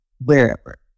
wherever